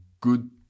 good